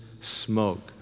smoke